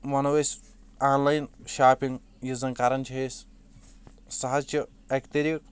وَنٕو أسۍ online shopping یُس زَن کَران چھِ أسۍ سہٕ حض چھِ اکہِ طریٖق